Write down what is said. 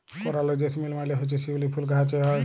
করাল জেসমিল মালে হছে শিউলি ফুল গাহাছে হ্যয়